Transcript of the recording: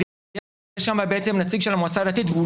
אז יש שם בעצם נציג של המועצה הדתית והוא